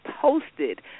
posted